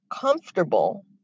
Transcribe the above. comfortable